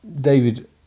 David